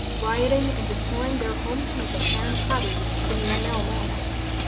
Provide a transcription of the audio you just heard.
rioting and destroying their home keep of haern caduch in the amell mountains.